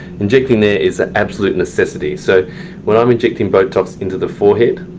injecting there is an absolute necessity. so when i'm injecting botox into the forehead,